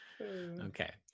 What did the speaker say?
Okay